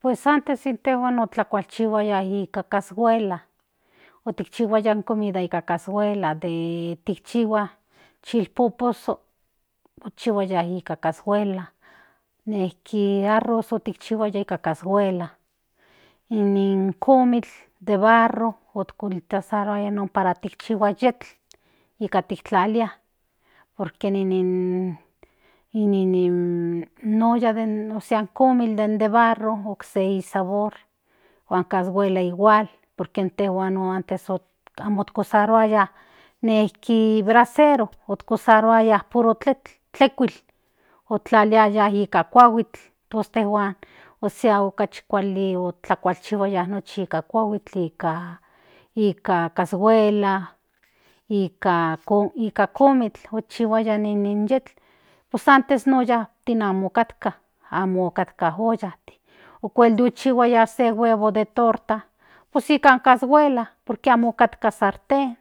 Pues antes intejuan otlakualchihuaya nika cashuelas otkchihuaya in comida nika cashuela tikchihua chilpoposo mochihua ya nika cashuela nejki arro otkichihuaya nika cashuela nin komikl de barro otisaruaya non para tikchihu yetl nikan tiktlalia por que nin nin in olla ósea in komikl den de barro okse ni sabor huan cashuela igual por que intejuan ntes amo usaruaya nejk brasero okasaruaya puro tletl tlekuil otaliaya nika tlahuitl tos intjuan okachi kuali otikchihuaya nochi nika kuahuil nika cashuela nika komikl okchihuaya in yetl pues antes in oyantin amo otkatka amo otkatka ollantin okuel okchihuaya se huevo de torta pues nika cashuela por que amo katka sarten